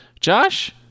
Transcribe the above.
josh